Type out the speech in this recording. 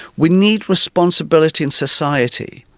we need responsibility in society.